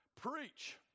preach